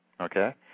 Okay